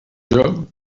joc